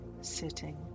sitting